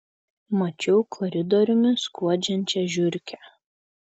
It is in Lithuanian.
mačiau koridoriumi skuodžiančią žiurkę